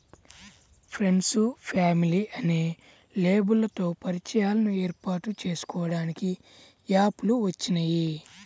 friends, family అనే లేబుల్లతో పరిచయాలను ఏర్పాటు చేసుకోడానికి యాప్ లు వచ్చినియ్యి